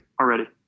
already